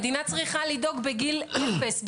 מדינה צריכה לדאוג בגיל אפס,